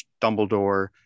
Dumbledore